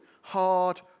hard